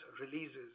releases